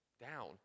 down